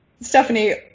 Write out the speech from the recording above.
Stephanie